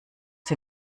sie